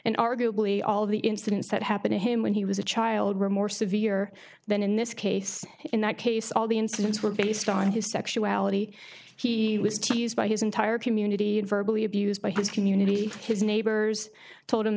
and arguably all the incidents that happened to him when he was a child were more severe than in this case in that case all the incidents were based on his sexuality he was teased by his entire community and verbally abused by his community his neighbors told him